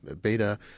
beta